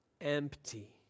empty